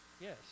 Yes